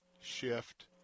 shift